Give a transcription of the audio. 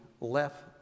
left